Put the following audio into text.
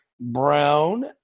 Brown